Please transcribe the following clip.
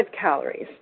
calories